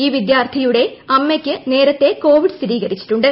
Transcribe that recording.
ഈ വിദ്യാർത്ഥി യുടെ അമ്മയ്ക്ക് നേരത്തെ കോവിഡ് സ്ഥിരീകരിച്ചിട്ടുണ്ട്